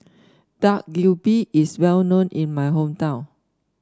Dak Galbi is well known in my hometown